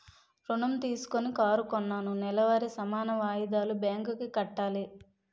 ఋణం తీసుకొని కారు కొన్నాను నెలవారీ సమాన వాయిదాలు బ్యాంకు కి కట్టాలి